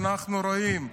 אנחנו רואים,